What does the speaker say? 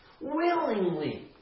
Willingly